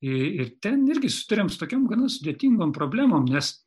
ir ten irgi susiduriam su tokiom gana sudėtingom problemom nes